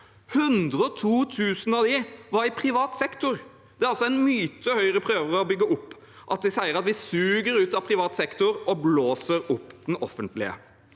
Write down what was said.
102 000 av dem var i privat sektor. Det er altså en myte Høyre prøver å bygge opp når de sier at vi suger ut av privat sektor og blåser opp offentlig.